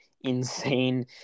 insane